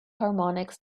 harmonics